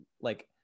like-